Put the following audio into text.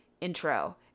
intro